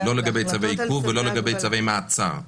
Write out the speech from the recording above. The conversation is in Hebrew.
לא לגבי צווי עיכוב ולא לגבי צווי מעצר.